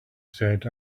said